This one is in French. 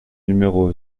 numéro